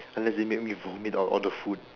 unless they make me vomit out all the food